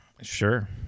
Sure